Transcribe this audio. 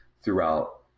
throughout